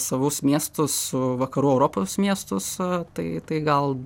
savus miestus su vakarų europos miestus tai tai gal